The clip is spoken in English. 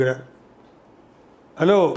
Hello